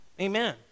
Amen